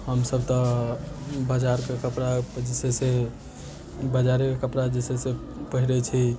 हमसब तऽ बाजारके कपड़ा जे छै से बजारेके कपड़ा जे छै से पहिरै छी